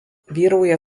vyrauja